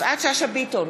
בעד יפעת שאשא ביטון,